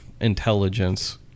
intelligence